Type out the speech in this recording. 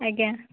ଆଜ୍ଞା